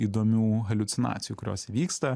įdomių haliucinacijų kurios vyksta